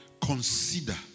Consider